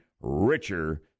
richer